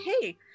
hey